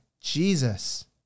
Jesus